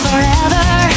Forever